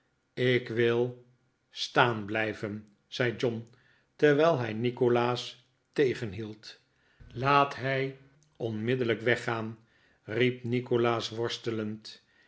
ik wil staan blijven zei john terwijl hij nikolaas tegenhield laat hij onmiddellijk weggaan riep nikolaas worstelend